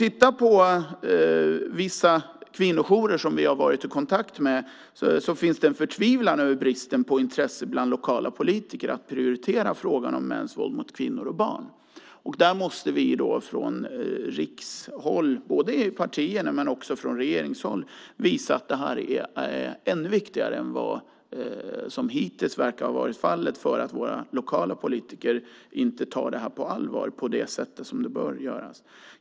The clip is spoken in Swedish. Inom vissa kvinnojourer som vi har varit i kontakt med finns det en förtvivlan över bristen på intresse bland lokala politiker att prioritera frågan om mäns våld mot kvinnor och barn. Därför måste vi från rikshåll, både partierna men också regeringen, visa att detta är viktigt. Hittills verkar våra lokala politiker inte ha tagit detta på allvar på det sätt som bör göras.